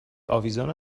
آویزان